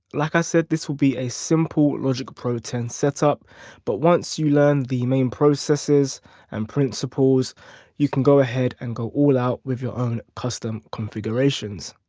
like i said this will be a simple logic pro ten setup but once you learn the main processes and principles you can go ahead and go all out with your own custom configurations.